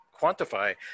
quantify